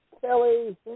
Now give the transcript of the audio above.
Kelly